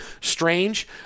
strange